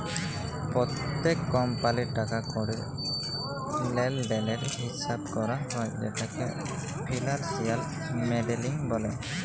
প্যত্তেক কমপালির টাকা কড়ির লেলদেলের হিচাব ক্যরা হ্যয় যেটকে ফিলালসিয়াল মডেলিং ব্যলে